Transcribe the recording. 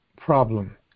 problem